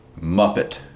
Muppet